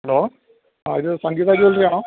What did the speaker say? hello ആ ഇത് Sangeetha jewellery ആണോ